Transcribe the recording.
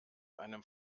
einem